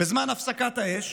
בזמן הפסקת האש